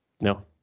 No